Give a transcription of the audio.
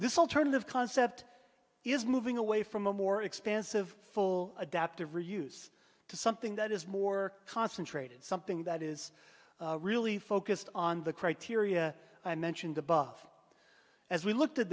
this alternative concept is moving away from a more expansive full adaptive reuse to something that is more concentrated something that is really focused on the criteria i mentioned above as we looked at